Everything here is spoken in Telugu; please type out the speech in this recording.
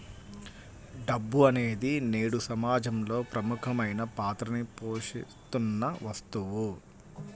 డబ్బు అనేది నేడు సమాజంలో ప్రముఖమైన పాత్రని పోషిత్తున్న వస్తువు